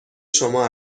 شما